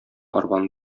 арбаны